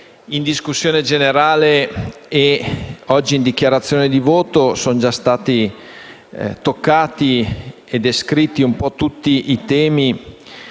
In discussione generale e, oggi, in dichiarazione di voto sono già stati toccati e descritti tutti i temi